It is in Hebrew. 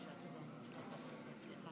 (חותם על ההצהרה)